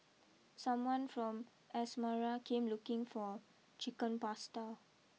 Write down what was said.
someone from Asmara came looking for Chicken Pasta